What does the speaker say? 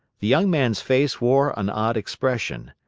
the young man's face wore an odd expression.